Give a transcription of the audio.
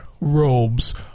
robes